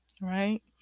Right